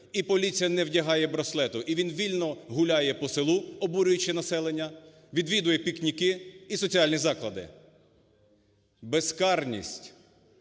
і поліція не вдягає браслету, і він вільно гуляє по селу, обурюючи населення, відвідує пікніки і соціальні заклади? Безкарність,